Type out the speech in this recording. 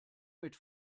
mit